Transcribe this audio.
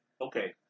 okay